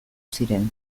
ziren